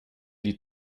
die